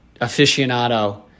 aficionado